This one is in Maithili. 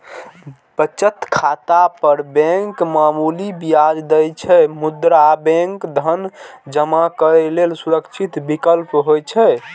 बचत खाता पर बैंक मामूली ब्याज दै छै, मुदा बैंक धन जमा करै लेल सुरक्षित विकल्प होइ छै